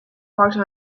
walked